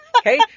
Okay